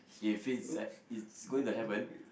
if it's uh it's going to happen